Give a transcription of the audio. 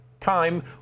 time